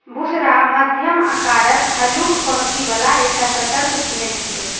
बुशरा मध्यम आकारक, हल्लुक पांखि बला एकटा सतर्क चिड़ै छियै